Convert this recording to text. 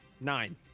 nine